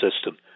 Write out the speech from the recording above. system